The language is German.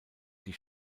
die